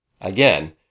again